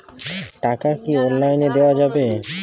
টাকা কি অনলাইনে দেওয়া যাবে?